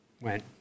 went